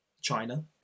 China